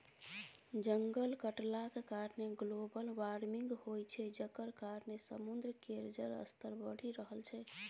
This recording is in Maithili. जंगल कटलाक कारणेँ ग्लोबल बार्मिंग होइ छै जकर कारणेँ समुद्र केर जलस्तर बढ़ि रहल छै